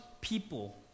people